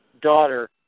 daughter